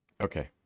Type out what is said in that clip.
Okay